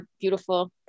beautiful